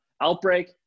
Outbreak